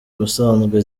ubusanzwe